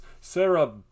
Sarah